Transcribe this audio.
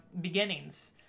beginnings